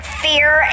fear